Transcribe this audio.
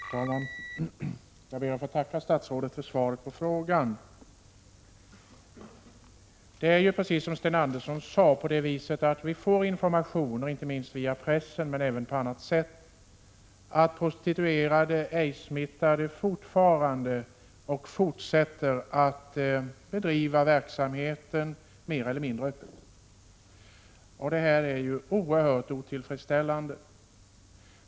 Herr talman! Jag ber att få tacka statsrådet för svaret på frågan. Precis som Sten Andersson sade får vi information inte minst via pressen men även på annat sätt om att prostituerade aidssmittade fortsätter att bedriva sin verksamhet mer eller mindre öppet. Det är oerhört otillfredsställande.